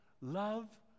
love